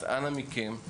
אז אנא מכם,